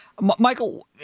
Michael